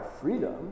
freedom